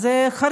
אז זה חריג.